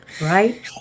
Right